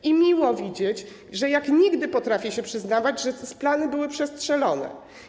I miło widzieć, że jak nigdy potrafi się przyznać, że plany były przestrzelone.